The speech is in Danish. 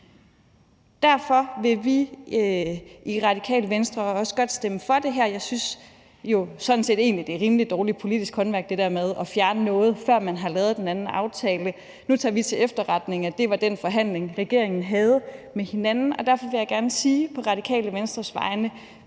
Derfor vil vi i Radikale Venstre også godt stemme for det her. Jeg synes sådan set egentlig, at det er rimelig dårligt politisk håndværk at fjerne noget, før man har lavet den anden aftale. Vi tager til efterretning, at det var den forhandling, regeringspartierne havde med hinanden, og derfor vil jeg gerne sige på Radikale Venstres vegne,